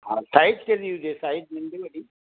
हा साइज़ कहिड़ी हुजे साइज़ नंढी वॾी